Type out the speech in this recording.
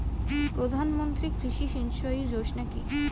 প্রধানমন্ত্রী কৃষি সিঞ্চয়ী যোজনা কি?